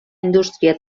indústria